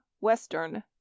Western